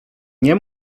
nie